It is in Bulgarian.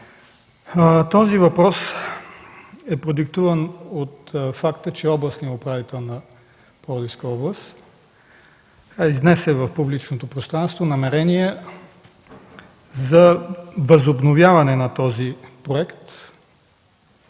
Този въпрос е продиктуван от факта, че областният управител на Пловдивска област изнесе в публичното пространство намерения за възобновяване на този проект,